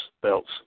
belts